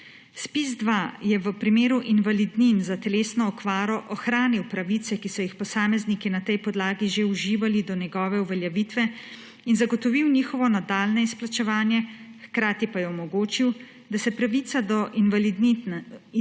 ZPIZ-2 je v primeru invalidnin za telesno okvaro ohranil pravice, ki so jih posamezniki na tej podlagi že uživali do njegove uveljavitve, in zagotovil njihovo nadaljnje izplačevanje, hkrati pa je omogočil, da se pravica do invalidnine